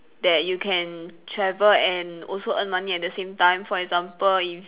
that you can travel and also earn money at the same time for example if